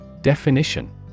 Definition